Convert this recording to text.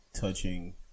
touching